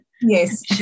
Yes